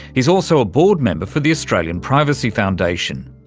he's also a board member for the australian privacy foundation.